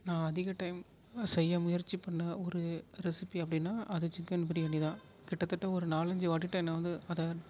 நான் அதிக டைம் செய்ய முயற்சி பண்ண ஒரு ரெசிப்பி அப்படின்னா அது சிக்கன் பிரியாணி தான் கிட்டத்தட்ட ஒரு நாலு அஞ்சிவாட்டிட்ட நான் வந்து அதை